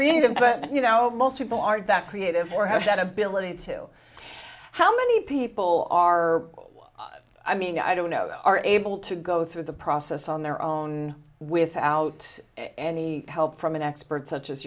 it but you know most people aren't that creative or have that ability to how many people are i mean i don't know are able to go through the process on their own without any help from an expert such as